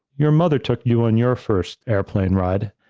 your mother took you on your first airplane ride.